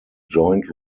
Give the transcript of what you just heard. joint